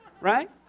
Right